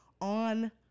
on